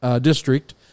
District